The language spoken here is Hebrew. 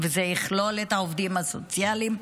וזה יכלול את העובדים הסוציאליים,